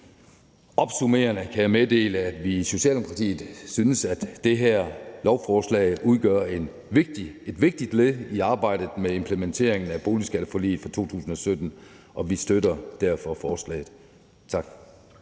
Opsummerende kan jeg meddele, at vi i Socialdemokratiet synes, at det her lovforslag udgør et vigtigt led i arbejdet med implementering af boligskatteforliget fra 2017, og vi støtter derfor forslaget. Tak.